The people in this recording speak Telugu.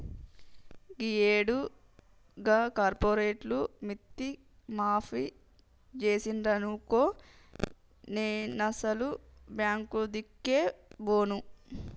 గీయేడు గా కార్పోరేటోళ్లు మిత్తి మాఫి జేసిండ్రనుకో నేనసలు బాంకులదిక్కే బోను